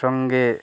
সঙ্গে